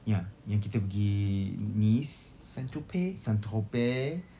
ya yang kita pergi nice saint-tropez